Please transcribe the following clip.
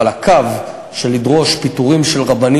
אבל הקו של לדרוש פיטורים של רבנים